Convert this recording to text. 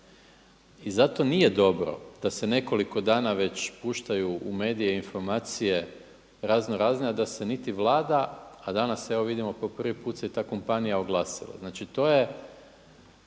I zato nije dobro da se nekoliko dana već puštaju u medije informacije razno razne a da se niti Vlada, a danas evo vidimo po pri put se i ta kompanija oglasila. Znači to je